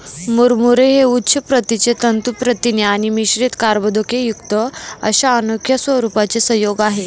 मुरमुरे हे उच्च प्रतीचे तंतू प्रथिने आणि मिश्रित कर्बोदकेयुक्त अशा अनोख्या स्वरूपाचे संयोग आहे